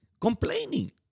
Complaining